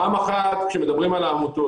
פעם אחת כשמדברים על העמותות.